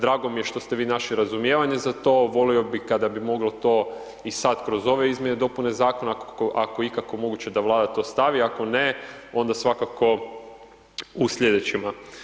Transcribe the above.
Drago mi je što ste vi našli razumijevanje za to, volio bi kada bi moglo to i sad kroz ove izmjene dopune zakona ako ikako moguće da Vlada to stavi, ako ne onda svakako u slijedećima.